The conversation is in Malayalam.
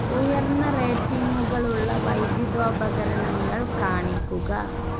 ഉയർന്ന റേറ്റിംഗുകളുള്ള വൈദ്യുതി ഉപകരണങ്ങൾ കാണിക്കുക